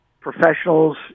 professionals